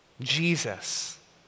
Jesus